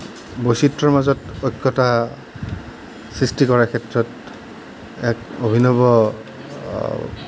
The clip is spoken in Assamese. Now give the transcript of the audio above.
বৈচিত্ৰৰ মাজত ঐক্যতা সৃষ্টি কৰাৰ ক্ষেত্ৰত এক অভিনৱ